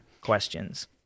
questions